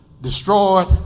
destroyed